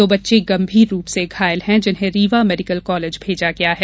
दो बच्चे गम्भीर रूप से घायल हैं जिन्हें रीवा मेडीकल कॉलेज भेजा गया है